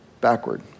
backward